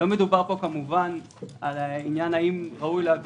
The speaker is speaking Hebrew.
לא מדובר פה כמובן על השאלה האם ראוי לשלם